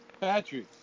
Patrick